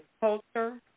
culture